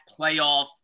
playoff